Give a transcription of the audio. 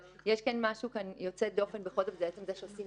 אבל יש פה משהו יוצא דופן בעצם זה שעושים